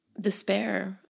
despair